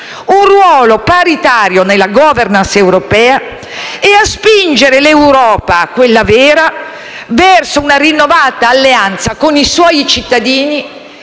un ruolo paritario nella *governance* europea e di spingere l'Europa - quella vera - verso una rinnovata alleanza con i suoi cittadini